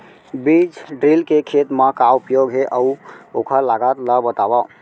बीज ड्रिल के खेत मा का उपयोग हे, अऊ ओखर लागत ला बतावव?